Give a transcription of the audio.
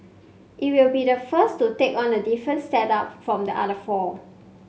it will be the first to take on a different setup from the other four